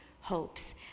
hopes